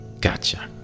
Gotcha